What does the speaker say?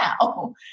now